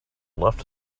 left